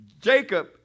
Jacob